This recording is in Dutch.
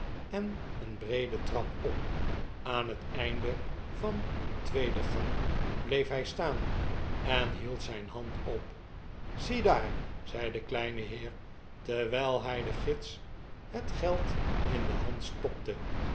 en een breede trap op aan het einde van een tweede gang bleef hij staan en hield zijn hand op z iedaar zei de kleine heer terwijl hij den gids het geld in de hand stopte